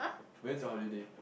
when's your holiday